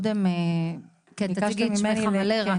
בבקשה.